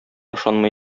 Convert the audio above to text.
ышанмый